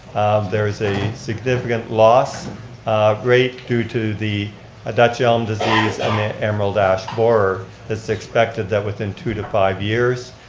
there is a significant loss rate due to the dutch elm disease and the emerald ash borer, that's expected that within two to five years,